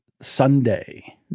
Sunday